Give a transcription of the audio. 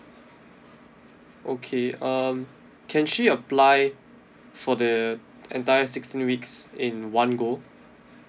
okay um can she apply for the entire sixteen weeks in one go